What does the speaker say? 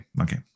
okay